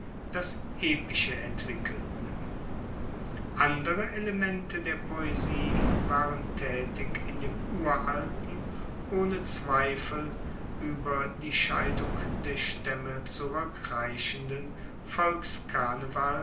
das epische entwickelten andere elemente der poesie waren taetig in dem uralten ohne zweifel ueber die scheidung der staemme zurueckreichenden